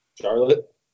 Charlotte